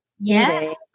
yes